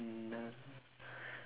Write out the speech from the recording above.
என்ன:enna